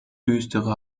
düstere